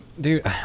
Dude